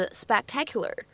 spectacular